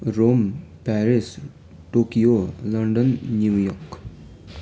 Rome Paris Tokyo London New York